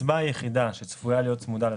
הקצבה היחידה שצפויה להיות צמודה לשכר,